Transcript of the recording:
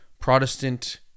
Protestant